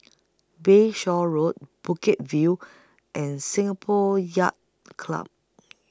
Bayshore Road Bukit View and Singapore Yacht Club